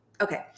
Okay